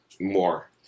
more